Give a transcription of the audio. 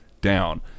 down